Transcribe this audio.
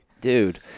dude